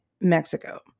Mexico